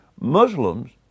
Muslims